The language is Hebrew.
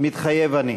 "מתחייב אני".